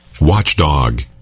Watchdog